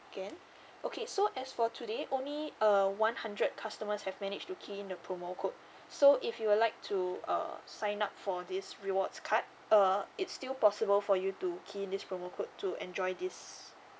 okay so as for today only uh one hundred customers have managed to key in the promo code so if you would like to uh sign up for this rewards card uh it's still possible for you to key in this promo code to enjoy this